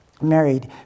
married